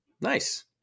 Nice